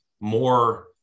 more